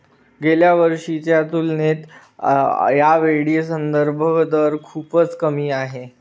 गेल्या वर्षीच्या तुलनेत यावेळी संदर्भ दर खूपच कमी आहे